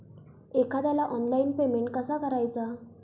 एखाद्याला online payment कसा करायचा?